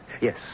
Yes